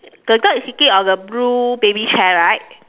the dog is sitting on the blue baby chair right